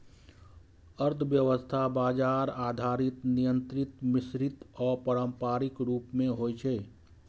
अर्थव्यवस्था बाजार आधारित, नियंत्रित, मिश्रित आ पारंपरिक रूप मे होइ छै